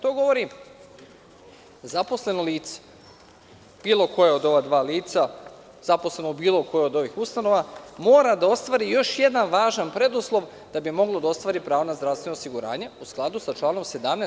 To govori da zaposleno lice, bilo koje od ova dva lica, zaposleno u bilo kojoj od ovih ustanova, mora da ostvari još jedan važan preduslov da bi moglo da ostvari pravo na zdravstveno osiguranje, u skladu sa članom 17.